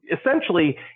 essentially